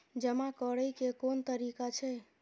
जमा करै के कोन तरीका छै?